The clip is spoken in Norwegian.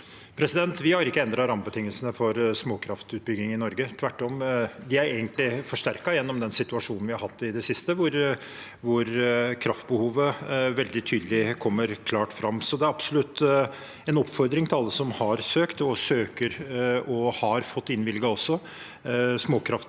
Vi har ikke end- ret rammebetingelsene for småkraftutbygging i Norge, Tvert om er de egentlig forsterket gjennom den situasjonen vi har hatt i det siste, hvor kraftbehovet veldig tydelig kommer klart fram. Det er absolutt en oppfordring til alle som har søkt, og søker, og som også har fått innvilget småkraftprosjekter,